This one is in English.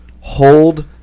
Hold